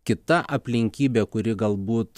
kita aplinkybė kuri galbūt